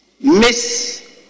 Miss